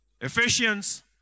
Ephesians